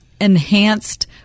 enhanced